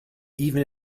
even